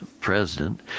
president